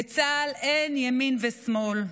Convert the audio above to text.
בצה"ל אין ימין ושמאל,